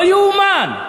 לא ייאמן.